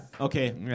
Okay